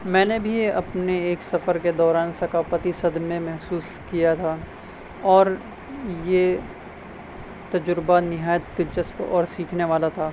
میں نے بھی اپنے ایک سفر کے دوران ثقافتی صدمے محسوس کیا تھا اور یہ تجربہ نہایت دلچسپ اور سیکھنے والا تھا